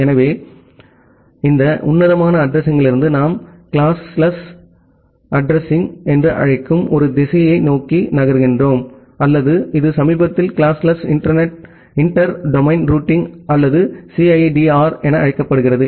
எனவே அதனால்தான் இந்த உன்னதமான அட்ரஸிங்யிலிருந்து நாம் வகுப்பற்ற அட்ரஸிங்என்று அழைக்கும் ஒரு திசையை நோக்கி நகர்கிறோம் அல்லது இது சமீபத்தில் கிளாஸ்லெஸ் இன்டர் டொமைன் ரூட்டிங் அல்லது சிஐடிஆர் என அழைக்கப்படுகிறது